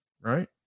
Right